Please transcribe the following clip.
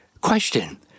Question